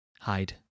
Hide